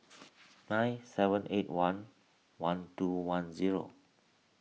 nine seven eight one one two one zero